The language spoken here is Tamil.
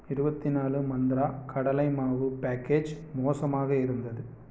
இருபத்னாலு மந்த்ரா கடலை மாவு பேக்கேஜ் மோசமாக இருந்தது